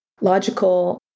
logical